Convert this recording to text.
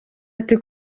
ati